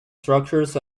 structures